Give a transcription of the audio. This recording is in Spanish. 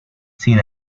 sin